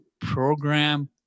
program